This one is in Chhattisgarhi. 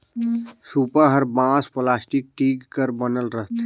सूपा हर बांस, पलास्टिक, टीग कर बनल रहथे